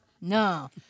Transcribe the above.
No